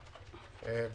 אותם.